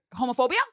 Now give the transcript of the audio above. homophobia